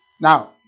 Now